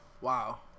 Wow